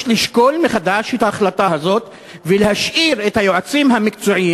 יש לשקול מחדש את ההחלטה הזאת ולהשאיר את היועצים המקצועיים,